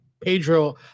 Pedro